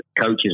coaches